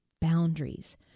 boundaries